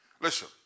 Listen